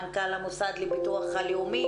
מנכ"ל המוסד לביטוח לאומי,